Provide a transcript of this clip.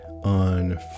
on